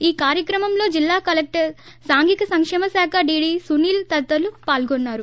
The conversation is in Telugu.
ఈ కార్యక్రమంలో జిల్లా కలెక్టర్ సాంఘిక సంకేమశాఖ డిడి సునీల్ తదితరులు పాల్గొన్నారు